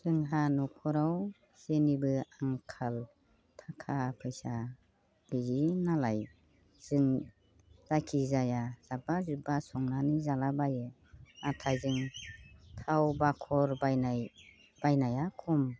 जोंहा न'खराव जेनिबो आंखाल थाखा फैसा गैयि नालाय जों जायखि जाया जाब्बा जुब्बा संनानै जालाबायो नाथाय जों थाव बाखर बायनाया खम